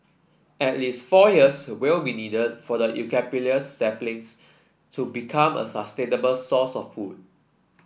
at least four years will be needed for the saplings to become a source of food